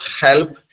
help